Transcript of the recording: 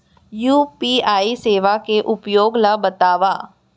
UPI सेवा के उपयोग ल बतावव?